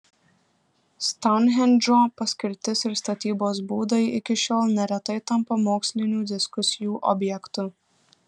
stounhendžo paskirtis ir statybos būdai iki šiol neretai tampa mokslinių diskusijų objektu